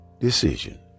Decision